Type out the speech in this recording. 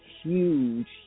huge